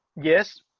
yes,